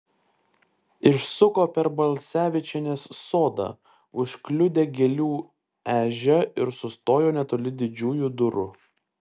išsuko per balsevičienės sodą užkliudė gėlių ežią ir sustojo netoli didžiųjų durų